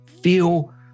feel